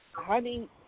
honey